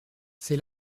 c’est